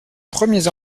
premiers